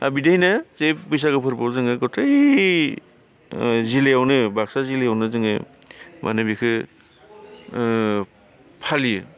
दा बिदिहायनो जे बैसागो फोरबोआव जोङो गथै जिल्लायावनो बाक्सा जिल्लायावनो जोङो माने बेखो ओ फालियो